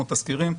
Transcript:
כמו תזכירים,